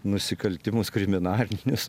nusikaltimus kriminalinius